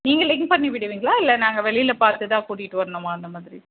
நீங்கள் லிங்க் பண்ணி விடுவீங்களா இல்லை நாங்கள் வெளியில் பார்த்து தான் கூட்டிகிட்டு வரணுமா அந்த மாதிரி